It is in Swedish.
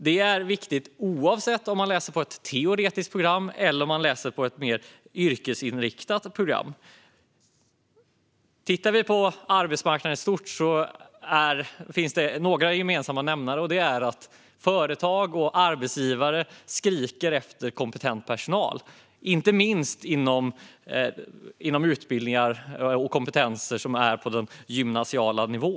Det är viktigt oavsett om man läser på ett teoretiskt program eller på ett mer yrkesinriktat program. Tittar vi på arbetsmarknaden i stort ser vi att det finns några gemensamma nämnare, nämligen att företag och arbetsgivare skriker efter kompetent personal. Det gäller inte minst utbildningar och kompetenser på gymnasial nivå.